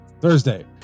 Thursday